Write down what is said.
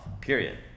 period